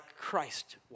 Christ